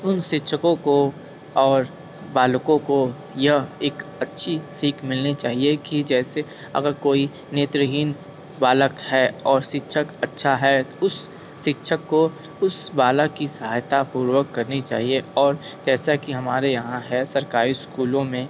उन शिक्षकों को और बालकों को यह एक अच्छी सीख मिलनी चाहिए कि जैसे अगर कोई नेत्रहीन बालक है और शिक्षक अच्छा है उस शिक्षक को उस बालक की सहायतापूर्वक करनी चाहिए और जैसा कि हमारे यहाँ है सरकारी स्कूलों में